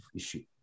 issue